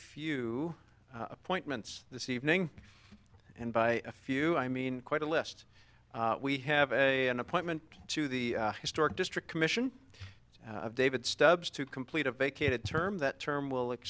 few appointments this evening and by a few i mean quite a list we have a an appointment to the historic district commission of david stubbs to complete a vacated term that term will